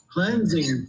Cleansing